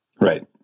Right